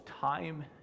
time